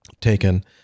taken